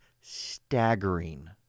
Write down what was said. staggering